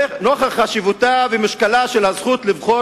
"נוכח חשיבותה ומשקלה של הזכות לבחור